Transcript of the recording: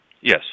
yes